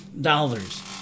dollars